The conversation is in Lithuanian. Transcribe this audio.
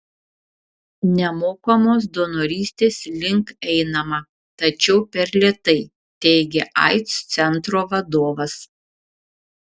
nemokamos donorystės link einama tačiau per lėtai teigė aids centro vadovas